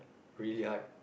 really hard